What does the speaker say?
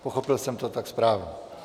Pochopil jsem to tak správně?